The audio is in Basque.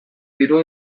dirua